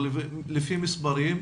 לפי מספרים,